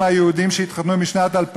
אתם, אל תגנו על זכויותי.